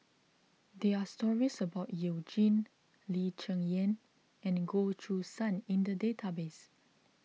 there are stories about You Jin Lee Cheng Yan and Goh Choo San in the database